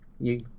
you-